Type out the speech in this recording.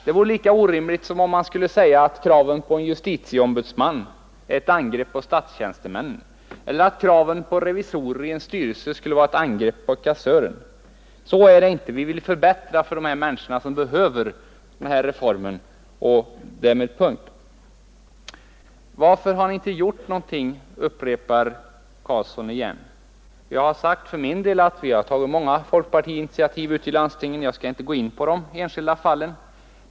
Det vore lika orimligt att föreställa sig detta som om man skulle säga att kravet på en justitieombudsman är ett angrepp på statstjänstemännen eller att kraven på revisorer i en styrelse skulle vara ett angrepp på kassören. Så är det inte. Vi vill förbättra situationen för de människor som behöver denna reform och därmed punkt. Varför har ni inte gjort något, upprepar herr Karlsson igen. Jag har för min del sagt att vi har tagit många folkpartiinitiativ ute i landstingen. Jag skall inte gå in på de enskilda fallen.